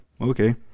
okay